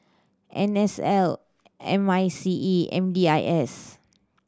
N S L M I C E M D I S